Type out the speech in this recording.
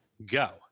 go